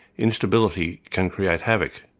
instability can create havoc,